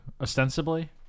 ostensibly